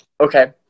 Okay